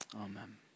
Amen